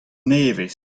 nevez